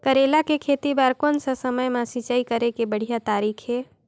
करेला के खेती बार कोन सा समय मां सिंचाई करे के बढ़िया तारीक हे?